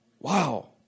Wow